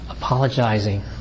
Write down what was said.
Apologizing